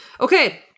Okay